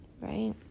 right